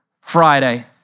Friday